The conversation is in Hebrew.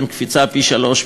קפיצה פי-שלושה,